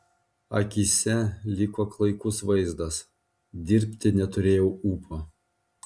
akyse liko klaikus vaizdas dirbti neturėjau ūpo